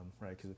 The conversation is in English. right